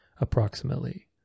approximately